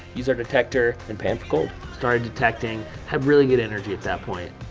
use our detector, and pan for gold. started detecting, had really good energy at that point.